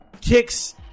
Kicks